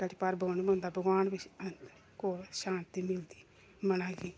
घड़ी भर बौहने पौंदा भगवान पिच्छें कोल शांति मिलदी मनै गी